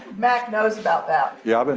mac knows about that. yeah, but